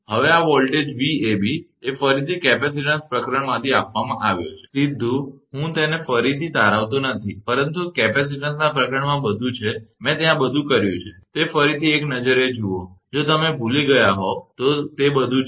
હવે આ વોલ્ટેજ 𝑉𝑎𝑏 એ ફરીથી કેપેસિટીન્સ પ્રકરણમાંથી આપવામાં આવ્યો છે સીધું હું તેને ફરીથી તારવતો નથી પરંતુ તે કેપેસિટીન્સ પ્રકરણમાં બધું છે મેં ત્યાં બધુ કર્યું છે તે ફરીથી એક નજરે જુઓ જો તમે ભૂલી ગયા હોવ તો તે બધું જ છે